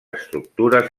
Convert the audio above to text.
estructures